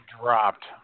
dropped